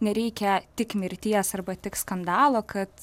nereikia tik mirties arba tik skandalo kad